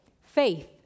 faith